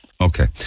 Okay